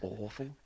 awful